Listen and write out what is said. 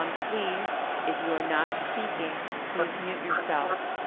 um please, if you are not speaking, please mute yourself.